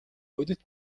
бодит